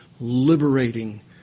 liberating